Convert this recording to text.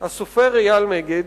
הסופר אייל מגד,